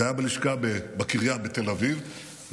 זה היה בלשכה בקריה בתל אביב,